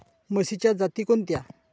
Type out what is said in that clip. म्हशीच्या जाती कोणत्या?